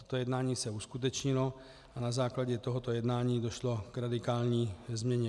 Toto jednání se uskutečnilo a na základě tohoto jednání došlo k radikální změně.